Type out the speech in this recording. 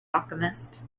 alchemist